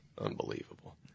Unbelievable